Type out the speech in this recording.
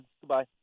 goodbye